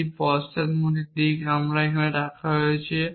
একটি পশ্চাৎমুখী দিক আমি এবং এখানে রাখা আছে